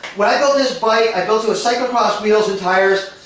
when i built this bike, i built it with cyclocross wheels and tires,